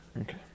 Okay